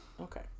okay